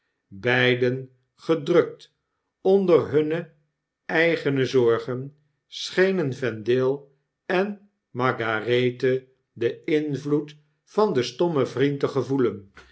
beiden gedrukt onder hunne eigene zorgen schenen vendale en margarethe den invloed van den stommen vriend te gevoelen